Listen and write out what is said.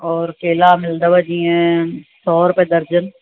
और केला मिलंदव जीअं सौ रुपए दर्जन